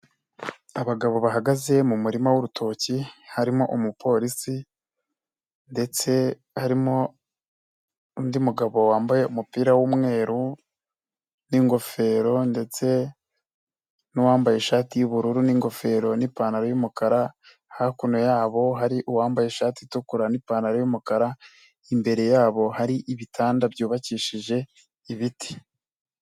Abagabo bahagaze mumurima wurutoki harimo umupolisi ndetse harimo undi mugabo wambaye umupira wumweru n'ingofero ndetse nuwambaye ishati yubururu n'ingofero n'ipantaro y'umukara hakuno yabo hari uwambaye ishati itukura n'ipantaro y'umukara imbere yabo hari ibitanda byubakishije ibiti.